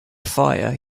fire